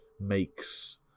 makes